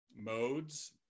Modes